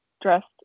dressed